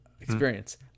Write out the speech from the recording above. experience